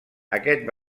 aquest